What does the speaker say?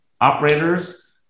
operators